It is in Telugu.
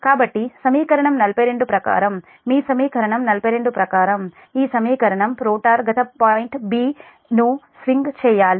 కాబట్టి సమీకరణం 42 ప్రకారం మీ సమీకరణం 42 ప్రకారం ఈ సమీకరణం రోటర్ గత పాయింట్ 'b' 'బి' ను స్వింగ్ చేయాలి